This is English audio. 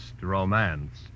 romance